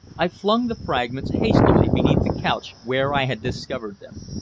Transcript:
i flung the fragments hastily beneath the couch where i had discovered them.